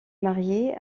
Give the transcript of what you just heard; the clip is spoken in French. marié